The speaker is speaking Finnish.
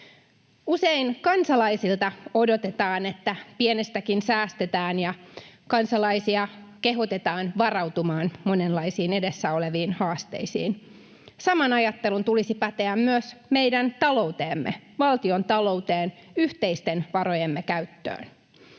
Usein kansalaisilta odotetaan, että pienestäkin säästetään, ja kansalaisia kehotetaan varautumaan monenlaisiin edessä oleviin haasteisiin. Saman ajattelun tulisi päteä myös meidän talouteemme, valtiontalouteen, yhteisten varojemme käyttöön.